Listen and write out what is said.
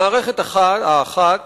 המערכת האחת